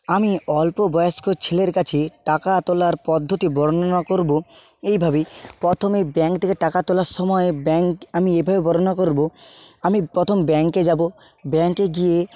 আমি অল্পবয়স্ক ছেলের কাছে টাকা তোলার পদ্ধতি বর্ণনা করব এইভাবেই প্রথমে ব্যাংক থেকে টাকা তোলার সময় ব্যাংক আমি এভাবে বর্ণনা করব আমি প্রথম ব্যাংকে যাব ব্যাংকে গিয়ে